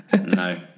No